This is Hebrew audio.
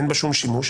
אין בה שום שימוש.